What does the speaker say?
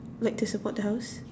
like to support the house